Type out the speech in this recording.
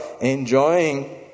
enjoying